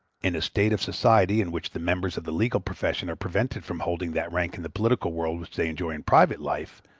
in a state of society in which the members of the legal profession are prevented from holding that rank in the political world which they enjoy in private life,